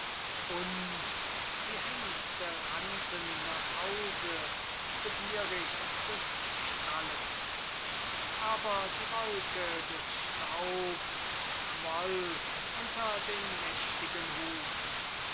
und die hengste rannten nach hause begierig des stalles aber die wolke des staubs quoll unter den mächtigen hufen